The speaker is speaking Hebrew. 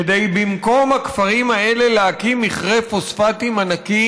כדי להקים במקום הכפרים האלה מכרה פוספטים ענק,